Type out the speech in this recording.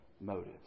motives